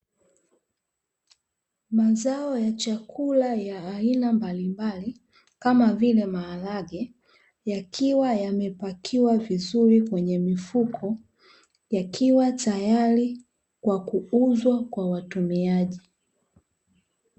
Mazao ya chakula ya aina mbalimbali kama vile maharage, yakiwa yamepakiwa vizuri kwenye mifuko yakiwa tayari kwa kuuzwa kwa watumiaji.